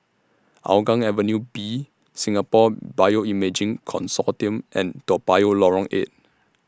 Hougang Avenue B Singapore Bioimaging Consortium and Toa Payoh Lorong eight